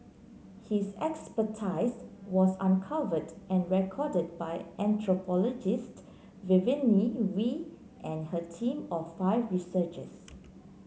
his expertise was uncovered and recorded by anthropologist Vivienne Wee and her team of five researchers